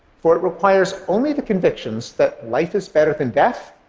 for it requires only the convictions that life is better than death,